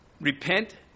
Repent